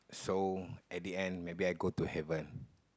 so at the end maybe I go to heaven